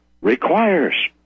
requires